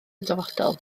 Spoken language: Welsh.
dyfodol